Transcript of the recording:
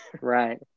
Right